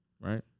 right